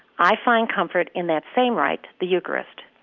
i find comfort in that same rite, the eucharist,